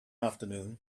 afternoon